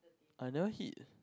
I never hit